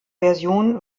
version